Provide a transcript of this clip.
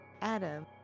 Adam